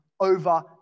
over